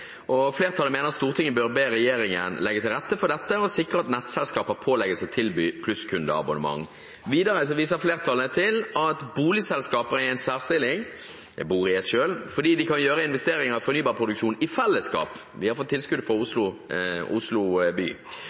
Og videre: «Flertallet mener Stortinget bør be regjeringen legge til rette for dette og sikre at nettselskaper pålegges å tilby plusskundeabonnement.» Videre viser flertallet til at boligselskaper er i en særstilling fordi de kan gjøre investeringer i fornybarproduksjon i fellesskap». Jeg bor i et boligselskap selv. Vi har fått tilskudd fra Oslo by.